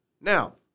Now